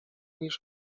niż